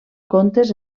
contes